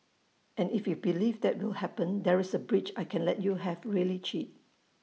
and if you believe that will happen there is A bridge I can let you have really cheap